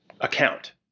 account